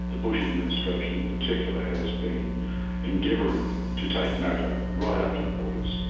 the bush administration in particular has been endeavouring to take nato right up to the borders.